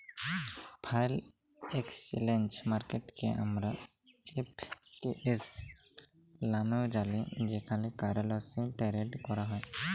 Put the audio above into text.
foreign exchange মার্কেটকে আমরা এফ.এ.কে.এস লামেও জালি যেখালে কারেলসি টেরেড ক্যরা হ্যয়